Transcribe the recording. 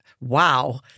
wow